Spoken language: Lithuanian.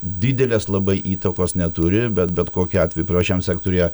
didelės labai įtakos neturi bet bet kokiu atveju privačiam sektoriuje